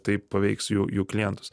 tai paveiks jų jų klientus